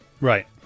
right